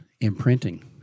imprinting